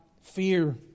fear